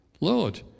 Lord